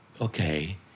Okay